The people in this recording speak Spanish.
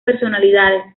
personalidades